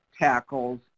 tackles